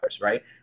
right